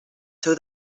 seu